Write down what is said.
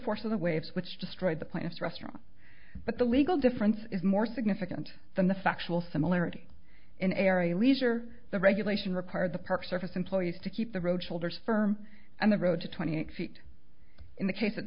force of the waves which destroyed the plant's restaurant but the legal difference is more significant than the factual similarity in area leisure the regulation required the park service employees to keep the road shoulders firm and the road to twenty eight feet in the case that